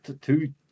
Two